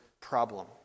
problem